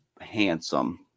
handsome